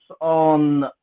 on